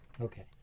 Okay